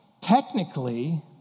Technically